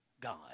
God